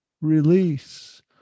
release